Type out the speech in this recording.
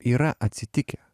yra atsitikę